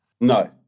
no